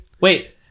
Wait